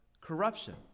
Corruption